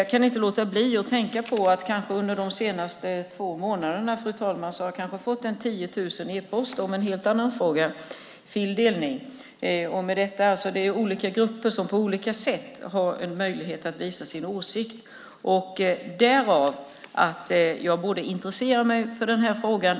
Jag kan inte låta bli att tänka på jag under de senaste två månaderna kanske har fått 10 000 e-brev om en helt annan fråga, nämligen fildelning. Det är olika grupper som på olika sätt har en möjlighet att visa sin åsikt. Det är därför som jag intresserar mig för den här frågan.